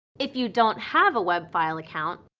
if you don't have a webfile account,